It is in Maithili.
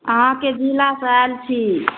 अहाँके जिलासँ आयल छी